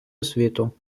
освіту